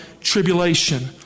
tribulation